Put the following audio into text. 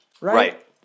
Right